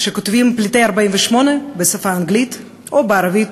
וכשכותבים "פליטי 48'" בשפה האנגלית או בערבית